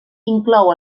inclou